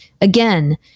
again